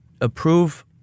approve